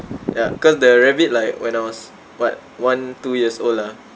ya cause the rabbit like when I was what one two years old lah